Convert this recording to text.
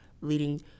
leading